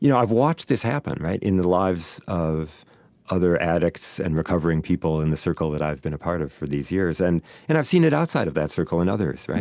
you know i've watched this happen in the lives of other addicts, and recovering people in the circle that i've been a part of for these years. and and i've seen it outside of that circle in others,